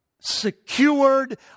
secured